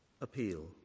appeal